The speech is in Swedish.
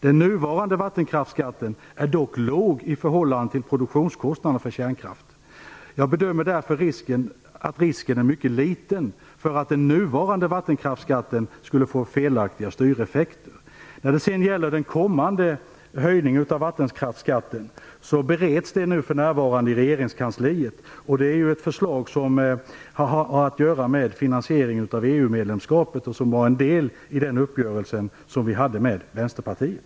Den nuvarande vattenkraftsskatten är dock låg i förhållande till produktionskostnader för kärnkraft. Jag bedömer därför att risken är mycket liten för att den nuvarande vattenkraftsskatten skulle få felaktiga styreffekter. När det gäller den kommande höjningen av vattenkraftsskatten bereds frågan för närvarande i regeringskansliet. Det är ett förslag som har att göra med finansieringen av EU-medlemskapet och som var en del i uppgörelsen med Vänsterpartiet.